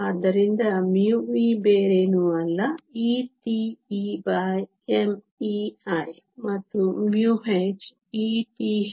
ಆದ್ದರಿಂದ μe ಬೇರೇನೂ ಅಲ್ಲ e emei ಮತ್ತು μh e hmhi